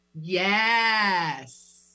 Yes